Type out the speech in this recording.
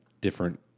different